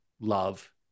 love